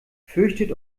fürchtet